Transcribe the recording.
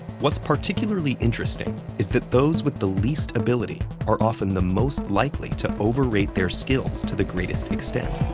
what's particularly interesting is that those with the least ability are often the most likely to overrate their skills to the greatest extent.